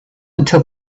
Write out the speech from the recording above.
until